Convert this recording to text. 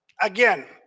again